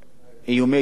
איומי התאבדות,